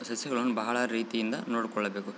ಸಸ್ಯಗಳನ್ನು ಬಹಳ ರೀತಿಯಿಂದ ನೋಡಿಕೊಳ್ಳಬೇಕು